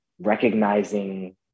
recognizing